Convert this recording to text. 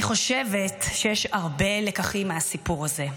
אני חושבת שיש הרבה לקחים מהסיפור הזה,